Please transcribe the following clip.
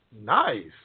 Nice